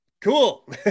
Cool